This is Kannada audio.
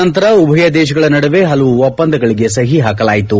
ನಂತರ ಉಭಯ ದೇಶಗಳ ನಡುವೆ ಹಲವು ಒಪ್ಪಂದಗಳಿಗೆ ಸಹಿ ಹಾಕಲಾಯಿತು